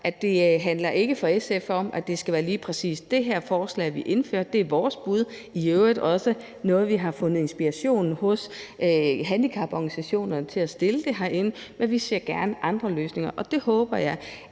for SF ikke handler om, at det lige præcis skal være det her forslag, vi indfører. Men det er vores bud, og det er i øvrigt også noget, vi har fundet inspiration hos handicaporganisationerne til at fremsætte herinde. Men vi ser gerne andre løsninger, og jeg håber,